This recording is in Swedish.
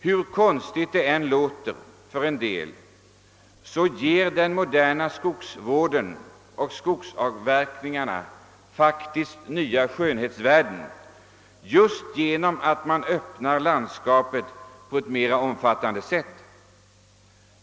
Hur konstigt det än låter för en del, ger den moderna skogsvården och skogsavverkningarna nya skönhetsvärden just genom att landskapet öppnas på ett mera omfattande sätt.